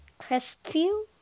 Crestview